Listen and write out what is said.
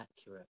accurate